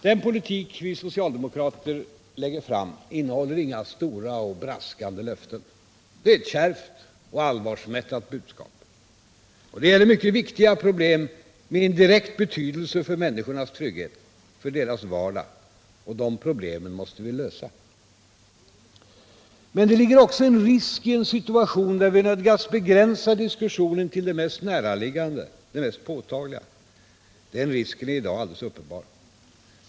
Den politik vi socialdemokrater lägger fram innehåller inga stora och braskande löften. Det är ett kärvt och allvarsmättat budskap. Det gäller mycket viktiga problem med en direkt betydelse för människornas trygghet, för deras vardag. De problemen måste lösas. Men det ligger också en risk i en situation där vi nödgas begränsa diskussionen till det mest näraliggande, det mest påtagliga. Den risken är i dag alldeles uppenbar.